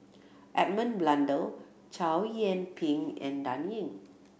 Edmund Blundell Chow Yian Ping and Dan Ying